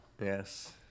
Yes